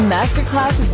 Masterclass